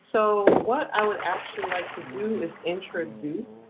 so what i would actually like to do is introduce